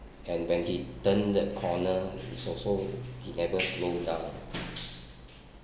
and when he turn the corner he's also he never slow down